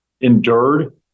endured